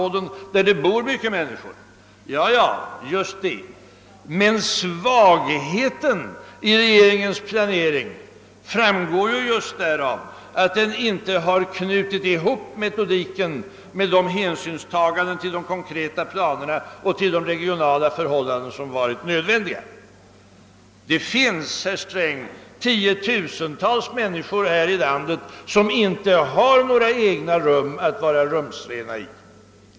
Ja, det är riktigt. Men svagheten i regeringens planering framgår just därav, att den inte samordnat sin metodik med nödvändiga hänsynstaganden till de konkreta planerna och de regionala förhållandena. Det finns, herr Sträng, tiotusentals människor här i landet som inte har några egna rum att vara rumsrena i.